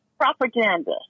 propaganda